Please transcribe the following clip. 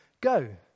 go